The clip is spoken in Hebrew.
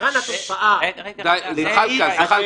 במבחן התוצאה --- זחאלקה, מספיק.